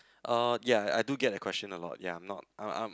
uh ya I do get the question a lot ya I'm not I'm I'm